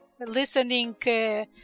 listening